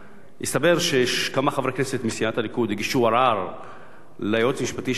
מסתבר שכמה חברי כנסת מסיעת הליכוד הגישו ערר ליועץ המשפטי של הכנסת,